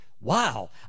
Wow